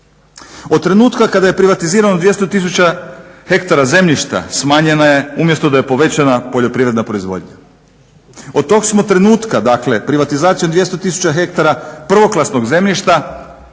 Od trenutka kada je privatizirano 200 tisuća ha zemljišta smanjenja je umjesto da je povećana poljoprivredna proizvodnja. Od tog smo trenutka dakle privatizacijom 200 tisuća ha prvoklasnog zemljišta